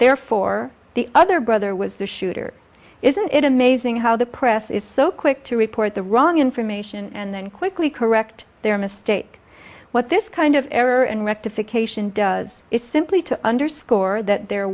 therefore the other brother was the shooter isn't it amazing how the press is so quick to report the wrong information and then quickly correct their mistake what this kind of error and rectification does is simply to underscore that there